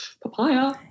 Papaya